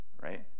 Right